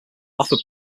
offer